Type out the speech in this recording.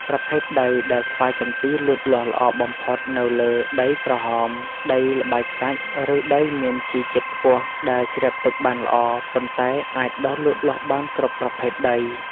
ប្រភេទដីដែលស្វាយចន្ទីលូតលាស់ល្អបំផុតនៅលើ ដីក្រហម ដីល្បាយខ្សាច់ ឬដីមានជីជាតិខ្ពស់ដែល ជ្រាបទឹកបានល្អប៉ុន្តែអាចដុះលូតលាស់បានគ្រប់ប្រភេទដី។